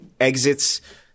exits